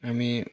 हामी